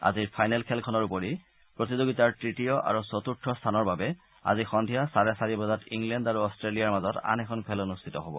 আজিৰ ফাইনেল খেলখনৰ উপৰিও প্ৰতিযোগিতাৰ তৃতীয় আৰু চতুৰ্থ স্থানৰ বাবে আজি সদ্ধিয়া চাৰে চাৰি বজাত ইংলেণ্ড আৰু অট্টেলিয়াৰ মাজত আন এখন খেল অনুষ্ঠিত হ'ব